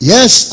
Yes